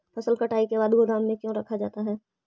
फसल कटाई के बाद गोदाम में क्यों रखा जाता है?